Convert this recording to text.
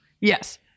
Yes